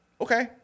okay